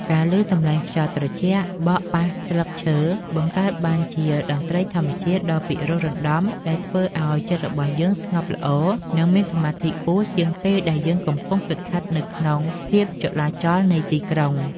ការឮសំឡេងខ្យល់ត្រជាក់បក់ប៉ះស្លឹកឈើបង្កើតបានជាតន្ត្រីធម្មជាតិដ៏ពិរោះរណ្ដំដែលធ្វើឱ្យចិត្តរបស់យើងស្ងប់ល្អ និង មានសមាធិខ្ពស់ជាងពេលដែលយើងកំពុងស្ថិតនៅក្នុងភាពចលាចលនៃទីក្រុង។